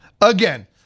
again